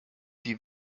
die